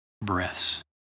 breaths